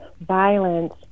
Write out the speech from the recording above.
violence